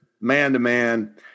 man-to-man